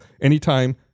anytime